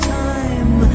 time